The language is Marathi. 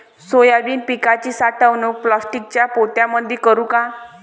सोयाबीन पिकाची साठवणूक प्लास्टिकच्या पोत्यामंदी करू का?